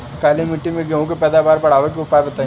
काली मिट्टी में गेहूँ के पैदावार बढ़ावे के उपाय बताई?